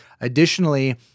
Additionally